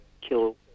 kill